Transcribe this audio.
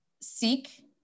seek